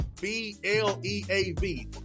B-L-E-A-V